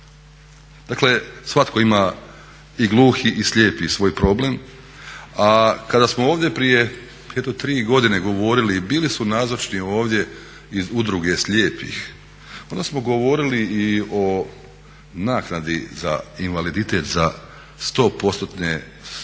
Dakle svatko ima, i gluhi i slijepi, svoj problem. A kada smo ovdje prije eto tri godine govorili i bili su nazočni ovdje iz Udruge slijepih onda smo govorili i o naknadi za invaliditet za 100% slijepe